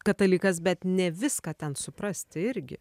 katalikas bet ne viską ten suprasti irgi